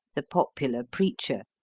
the popular preacher,